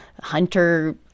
hunter